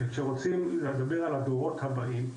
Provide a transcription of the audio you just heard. כשרוצים לדבר על הדורות הבאים,